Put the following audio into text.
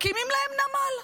מקימים להם נמל.